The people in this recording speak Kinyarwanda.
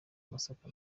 masaka